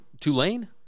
Tulane